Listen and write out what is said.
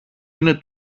είναι